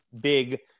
big